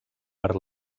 per